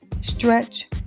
Stretch